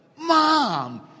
Mom